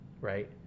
right